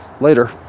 later